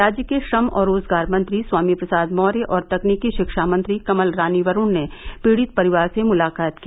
राज्य के श्रम और रोजगार मंत्री स्वामी प्रसाद मौर्य और तकनीकी शिक्षा मंत्री कमल रानी वरुण ने पीडि़त परिवार से मुलाकात की